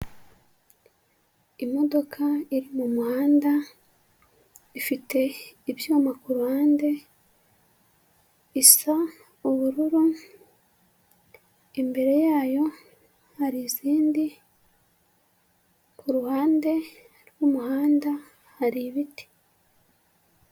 Imodoka iri mu muhanda ifite ibyuma ku ruhande, isa ubururu, imbere yayo hari izindi, ku ruhande rw'umuhanda hari ibiti.